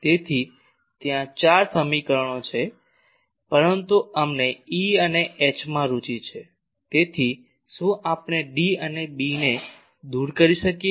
તેથી ત્યાં ચાર સમીકરણો છે પરંતુ અમને ઇ અને એચમાં રુચિ છે તેથી શું આપણે ડી અને બીને દૂર કરી શકીએ